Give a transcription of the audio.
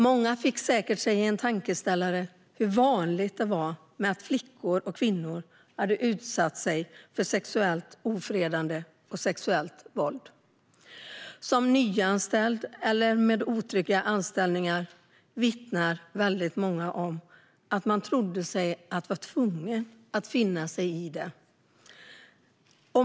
Många fick sig säkert en tankeställare gällande hur vanligt det är att flickor och kvinnor har utsatts för sexuellt ofredande och sexuellt våld. Som nyanställd eller med otrygg anställning vittnar många om att de trodde sig vara tvungna att finna sig i det.